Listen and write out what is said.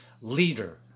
leader